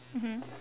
mmhmm